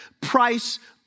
price